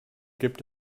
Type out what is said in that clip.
gibt